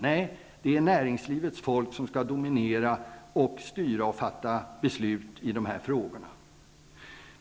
Nej, det är näringslivets folk som skall dominera, styra och fatta beslut i de här frågorna.